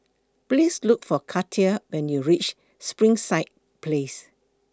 Please Look For Katia when YOU REACH Springside Place